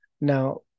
now